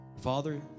father